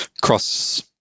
cross